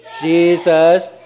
Jesus